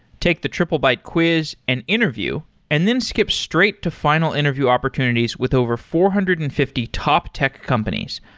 take the triplebyte quiz and interview and then skip straight to final interview opportunities with over four hundred and fifty top tech companies,